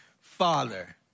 Father